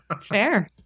fair